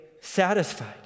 satisfied